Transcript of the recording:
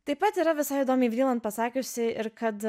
taip pat yra visai įdomiai vriland pasakiusi ir kad